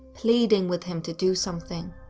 pleading with him to do something.